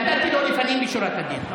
נתתי לו לפנים משורת הדין.